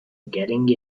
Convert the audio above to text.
getting